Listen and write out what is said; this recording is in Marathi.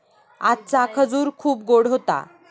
आजचा खजूर खूप गोड होता